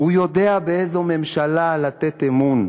הוא יודע באיזו ממשלה לתת אמון.